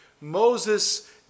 Moses